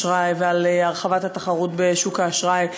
אשראי ועל הרחבת התחרות בשוק האשראי,